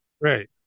Right